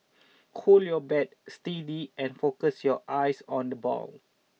hold your bat steady and focus your eyes on the ball